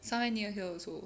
somewhere near here also